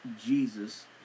Jesus